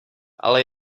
ale